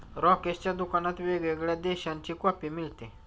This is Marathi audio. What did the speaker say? राकेशच्या दुकानात वेगवेगळ्या देशांची कॉफी मिळते